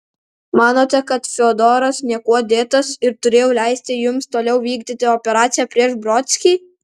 manote kad fiodoras niekuo dėtas ir turėjau leisti jums toliau vykdyti operaciją prieš brodskį